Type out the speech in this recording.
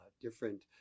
different